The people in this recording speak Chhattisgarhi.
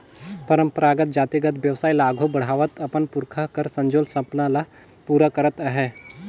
परंपरागत जातिगत बेवसाय ल आघु बढ़ावत अपन पुरखा कर संजोल सपना ल पूरा करत अहे